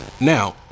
Now